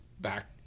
back